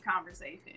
conversation